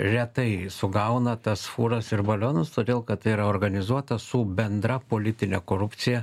retai sugauna tas fūras ir balionus todėl kad tai yra organizuota su bendra politine korupcija